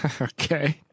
Okay